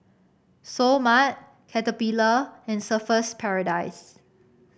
Seoul Mart Caterpillar and Surfer's Paradise